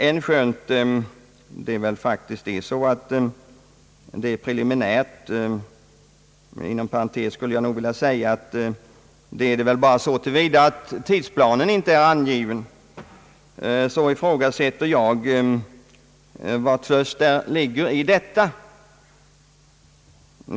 Trots att det väl faktiskt är preliminärt — inom parentes skulle jag vilja säga att det gäller väl bara så till vida som tidtabellen ännu inte är fastställd — så ifrågasätter jag vilken tröst som ligger i detta.